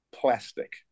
plastic